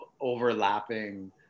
overlapping